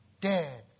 Dead